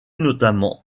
notamment